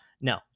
no